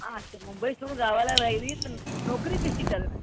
अच्छा मुंबई सोडून गावाला राह्यली तर नोकरी कशी करणार